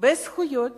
בזכויות